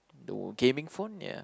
the gaming phone ya